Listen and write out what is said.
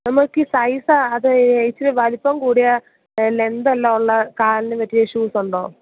നമ്മൾക്ക് ഈ സൈസ് അത് ഇച്ചിരി വലിപ്പം കൂടിയ ലെങ്ത്ത് എല്ലാം ഉള്ള കാലിന് പറ്റിയ ഷൂസുണ്ടോ